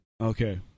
Okay